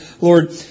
Lord